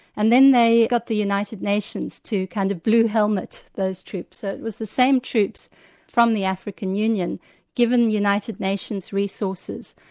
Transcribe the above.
and then they got the united nations to kind of blue-helmet those troops. so it was the same troops from the african union giving the united nations resources.